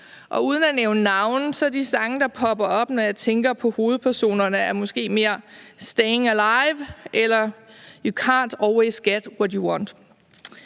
og uden at nævne navne er de sange, der popper op, når jeg tænker på hovedpersonerne, måske mere »Stayin' alive« eller »You Can't Always Get What You Want«.